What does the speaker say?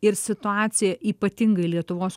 ir situacija ypatingai lietuvos